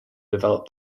develop